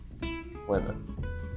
Women